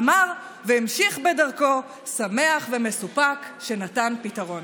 אמר והמשיך בדרכו שמח, ומסופק על שנתן פתרון.